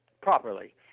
properly